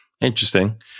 Interesting